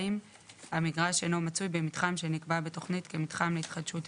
המגרש אינו מצוי במתחם שנקבע בתוכנית כמתחם להתחדשות עירונית.